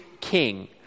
king